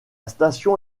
station